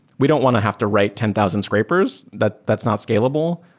we don't want to have to write ten thousand scrapers. that's that's not scalable,